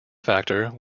factor